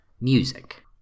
Music